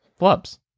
Flubs